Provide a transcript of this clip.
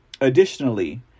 Additionally